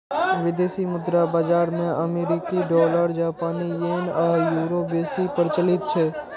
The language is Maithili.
विदेशी मुद्रा बाजार मे अमेरिकी डॉलर, जापानी येन आ यूरो बेसी प्रचलित छै